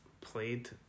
played